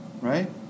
right